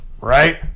right